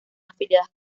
afiliadas